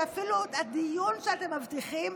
שאפילו את הדיון שאתם מבטיחים,